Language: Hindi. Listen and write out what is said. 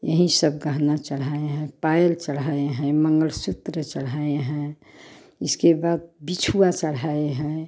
यही सब गहना चढ़ाए हैं पायल चढ़ाए हैं मंगलसूत्र चढ़ाए हैं इसके बाद बिछुआ चढ़ाए हैं